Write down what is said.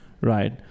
right